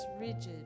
rigid